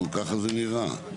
נו ככה זה נראה.